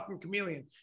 chameleon